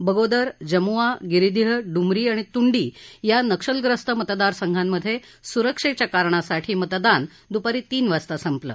बगोदर जमुआ गिरिदिह डुमरी आणि तुंडी या नक्षलग्रस्त मतदारसंघांमध्यस्रिक्षष्ठा कारणासाठी मतदान दुपारी तीन वाजता संपलं